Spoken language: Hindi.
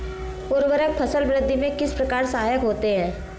उर्वरक फसल वृद्धि में किस प्रकार सहायक होते हैं?